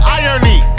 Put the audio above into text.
irony